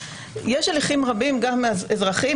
יש הליכים רבים גם אזרחיים,